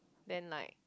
then like